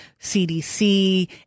CDC